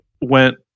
went